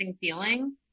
feeling